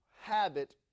habit